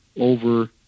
over